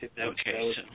Okay